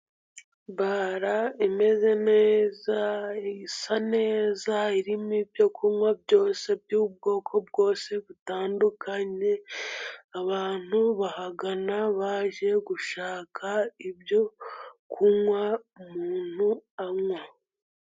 Bara imeze neza isa neza irimo ibyokunywa byose by'ubwoko bwose butandukanye, abantu bahagana bajye gushaka ibyo kunywa umuntu anywa.